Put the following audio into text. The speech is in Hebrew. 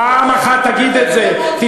פעם אחת תגיד את זה, לכן אתם רוצים לסלק אותם.